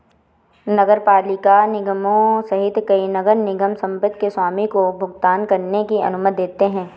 नगरपालिका निगमों सहित कई नगर निगम संपत्ति के स्वामी को भुगतान करने की अनुमति देते हैं